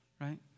right